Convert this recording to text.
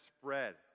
spread